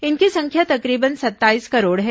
इनकी संख्या तकरीबन सत्ताईस करोड़ है